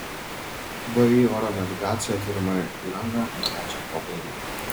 vį oro navigacija turima įranga neleidžia to padaryti